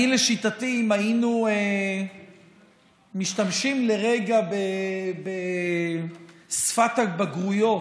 לשיטתי, אם היינו משתמשים לרגע בשפת הבגרויות,